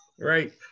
right